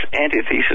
antithesis